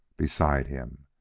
beside him.